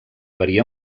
varia